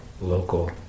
local